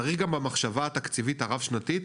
צריך גם את המחשבה התקציבית הרב-שנתית,